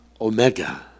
Omega